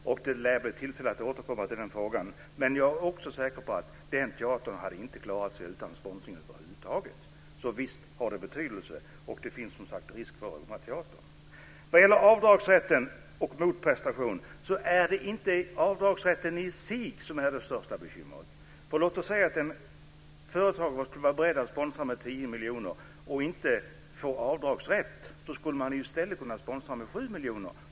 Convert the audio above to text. Det lär bli tillfälle att återkomma till den frågan. Jag är också säker på att den teatern över huvud taget inte hade klarat sig utan sponsring. Visst har det betydelse. Det finns som sagt risk för att Romateatern inte ska klara sig. När det gäller avdragsrätten och motprestationer är det inte avdragsrätten i sig som är det största bekymret. Låt oss säga att ett företag skulle vara beredda att sponsra med 10 miljoner. Om man inte skulle få avdragsrätt skulle man i stället kunna sponsra med 7 miljoner.